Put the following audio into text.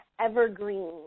evergreen